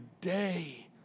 day